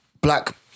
Black